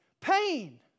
pain